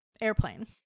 airplane